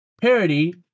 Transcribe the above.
parody